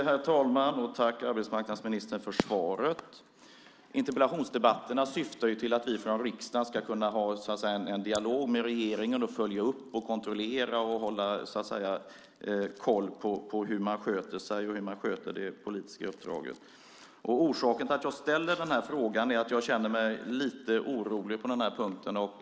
Herr talman! Tack, arbetsmarknadsministern, för svaret. Interpellationsdebatterna syftar till att vi från riksdagen ska kunna föra en dialog med regeringen, följa upp och kontrollera och hålla koll på hur man sköter sig och hur man sköter det politiska uppdraget. Orsaken till att jag ställer frågan är att jag känner mig lite orolig på den här punkten.